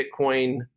Bitcoin